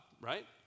right